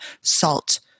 salt